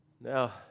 Now